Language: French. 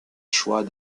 choix